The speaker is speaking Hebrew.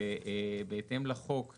בהתאם לחוק,